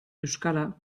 euskara